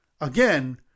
again